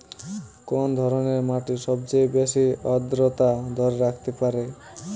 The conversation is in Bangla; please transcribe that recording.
কোন ধরনের মাটি সবচেয়ে বেশি আর্দ্রতা ধরে রাখতে পারে?